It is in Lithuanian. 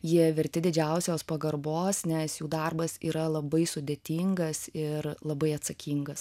jie verti didžiausios pagarbos nes jų darbas yra labai sudėtingas ir labai atsakingas